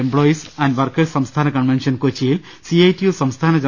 employees and workers സംസ്ഥാന convention കൊച്ചിയിൽ CITU സംസ്ഥാന ജന